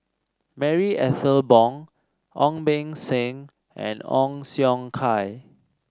Marie Ethel Bong Ong Beng Seng and Ong Siong Kai